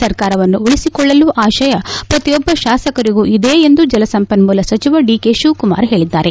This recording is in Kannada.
ಸರ್ಕಾರವನ್ನು ಉಳಿಸಿಕೊಳ್ಳುವ ಆಶಯ ಪ್ರತಿಯೊಬ್ಬ ಶಾಸಕರಿಗೂ ಇದೆ ಎಂದು ಜಲಸಂಪನ್ನೂಲ ಸಚಿವ ಡಿ ಕೆ ಶಿವಕುಮಾರ್ ಹೇಳಿದ್ದಾರೆ